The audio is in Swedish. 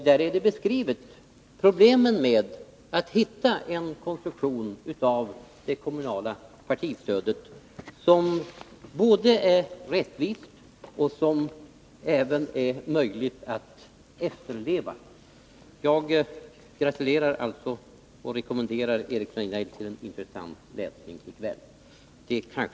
Där beskrivs problemen med att hitta en konstruktion av det kommunala partistödet som är både rättvis och möjlig att efterleva. Jag gratulerar alltså Eric Rejdnell till en intressant läsning i kväll.